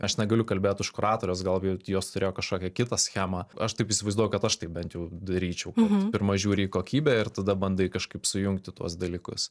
aš negaliu kalbėt už kuratores gal jos turėjo kažkokią kitą schemą aš taip įsivaizduoju kad aš taip bent jau daryčiau pirma žiūri į kokybę ir tada bandai kažkaip sujungti tuos dalykus